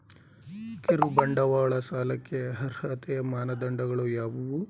ಕಿರುಬಂಡವಾಳ ಸಾಲಕ್ಕೆ ಅರ್ಹತೆಯ ಮಾನದಂಡಗಳು ಯಾವುವು?